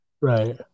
right